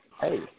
hey